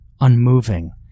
unmoving